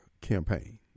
campaign